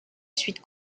suite